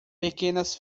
pequenas